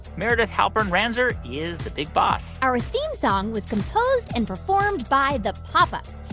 meredith halpern-ranzer is the big boss our theme song was composed and performed by the pop ups.